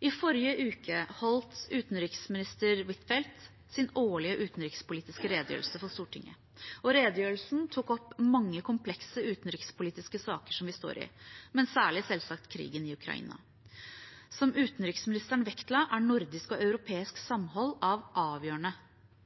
I forrige uke holdt utenriksminister Huitfeldt sin årlige utenrikspolitiske redegjørelse for Stortinget. Redegjørelsen tok opp mange komplekse utenrikspolitiske saker vi står i, men selvsagt særlig krigen i Ukraina. Som utenriksministeren vektla, er nordisk og europeisk samhold av avgjørende